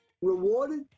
rewarded